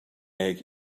egg